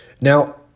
Now